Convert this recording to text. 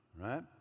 right